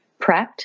prepped